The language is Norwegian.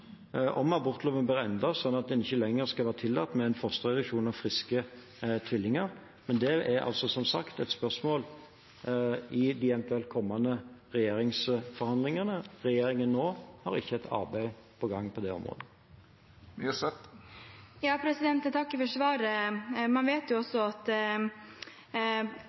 om abortloven bør endres slik at det ikke lenger skal være tillatt med fosterreduksjon av friske tvillinger, men det er som sagt et spørsmål i de eventuelt kommende regjeringsforhandlingene. Regjeringen nå har ikke et arbeid i gang på det området. Jeg takker for svaret. Man vet jo også at